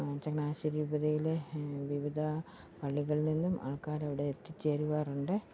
ചങ്ങനാശ്ശേരി രൂപതയിലെ വിവിധ പള്ളികൾ നിന്നും ആൾക്കാരവിടെ എത്തിച്ചേരാറുണ്ട്